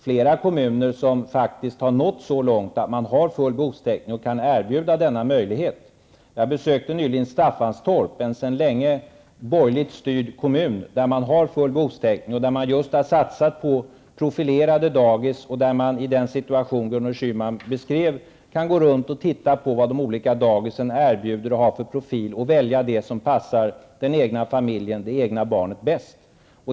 Flera kommuner har faktiskt nått så långt att de har full behovstäckning och kan erbjuda denna möjlighet. Jag besökte nyligen Staffanstorp, en sedan länge borgerligt styrd kommun. Där har man full behovstäckning och har satsat på profilerade dagis. Där har man en sådan situation som Gudrun Schyman beskriver. Föräldrarna kan gå runt och titta på vad de olika dagisen har att erbjuda och vad de har för profilering och kan välja det som passar den egna familjen, det egna barnet bäst.